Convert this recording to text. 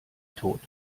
tot